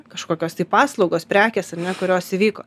ne kažkokios tai paslaugos prekės ar ne kurios įvyko